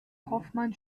hoffmann